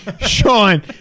Sean